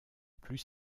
plus